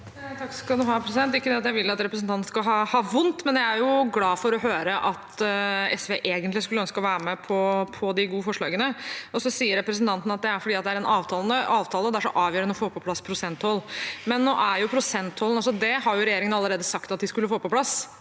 (H) Ikke det at jeg vil at representanten skal ha «vondt», men jeg er glad for å høre at SV egentlig hadde ønsket å være med på de gode forslagene. Så sier representanten at det er fordi det er en avtale, og at det er så avgjørende å få på plass prosenttoll. Men prosenttollen har jo regjeringen allerede sagt at de skulle få på plass,